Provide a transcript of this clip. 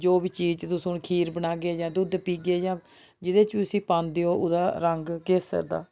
जो बी चीज तुस हून खीर बनाह्गे जां दूद्ध पीह्गे जां जेह्दे च बी उसी पांदे ओ ओह्दा रंग केसर दा